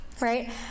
Right